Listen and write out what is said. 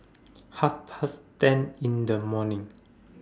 Half Past ten in The morning